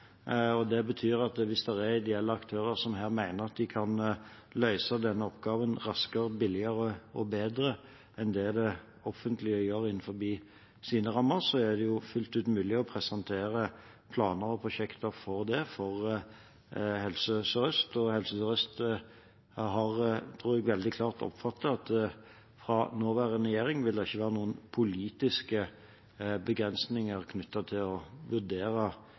Det betyr at hvis det er ideelle aktører som mener at de kan løse oppgaven raskere, billigere og bedre enn det offentlige gjør innenfor sine rammer, er det fullt mulig å presentere planer og prosjekter for Helse Sør-Øst. Helse Sør-Øst tror jeg har oppfattet veldig klart at fra nåværende regjering vil det ikke være politiske begrensninger knyttet til å vurdere